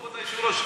כבוד היושב-ראש,